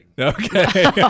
okay